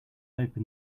open